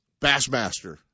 Bassmaster